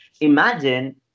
Imagine